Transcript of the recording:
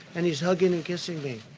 and he's hugging and kissing me,